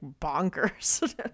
bonkers